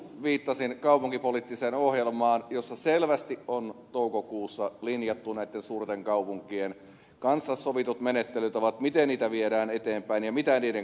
viittasin kaupunkipoliittiseen ohjelmaan jossa selvästi on toukokuussa linjattu näitten suurten kaupunkien kanssa sovitut menettelytavat se miten niitä viedään eteenpäin ja mitä niiden kanssa tehdään